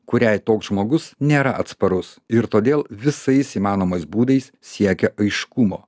kuriai toks žmogus nėra atsparus ir todėl visais įmanomais būdais siekia aiškumo